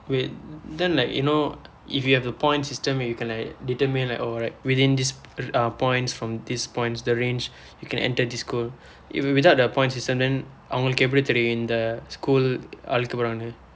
wait then like you know if you have a point system you can like determine like oh right within this points from this points the range you can enter this school wi~ without the point system then அவங்களுக்கு எப்படி தெரியும் எந்த:avangkalukku eppadi theriyum endtha school போரானென்று:poraanennu